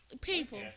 People